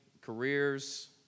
careers